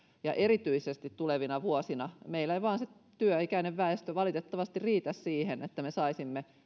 ja erityisesti tulevina vuosina meillä ei vain se työikäinen väestö valitettavasti riitä siihen että me saisimme